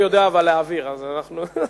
אבל אני גם יודע להעביר, אז אנחנו...